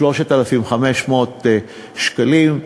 3,500 שקלים,